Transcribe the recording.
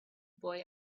boy